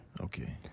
Okay